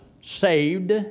saved